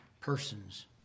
persons